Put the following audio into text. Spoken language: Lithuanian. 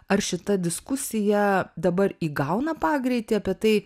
ar šita diskusija dabar įgauna pagreitį apie tai